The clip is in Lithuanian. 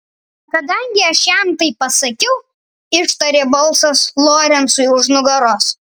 kadangi aš jam tai pasakiau ištarė balsas lorencui už nugaros